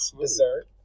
dessert